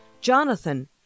Jonathan